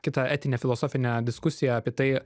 kitą etinę filosofinę diskusiją apie tai